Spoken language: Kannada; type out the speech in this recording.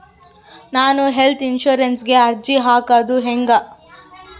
ನಾನು ಹೆಲ್ತ್ ಇನ್ಸುರೆನ್ಸಿಗೆ ಅರ್ಜಿ ಹಾಕದು ಹೆಂಗ?